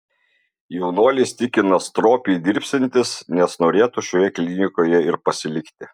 jaunuolis tikina stropiai dirbsiantis nes norėtų šioje klinikoje ir pasilikti